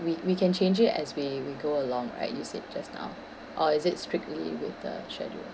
we we can change it as we we go along right you said just now or is it strictly with the schedule